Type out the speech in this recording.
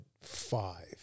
five